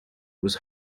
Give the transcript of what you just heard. was